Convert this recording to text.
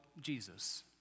Jesus